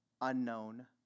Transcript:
unknown